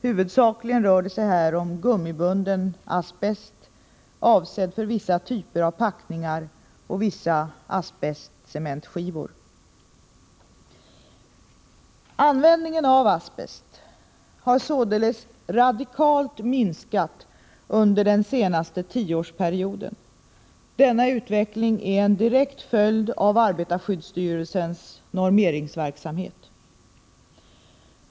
Huvudsakligen rör det sig här om gummibunden asbest avsedd för vissa typer av packningar och vissa asbestcementskivor. Användningen av asbest har således radikalt minskat under den senaste tioårsperioden. Denna utveckling är en direkt följd av arbetarskyddsstyrelsens normeringsverksamhet.